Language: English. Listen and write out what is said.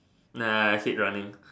nah I hate running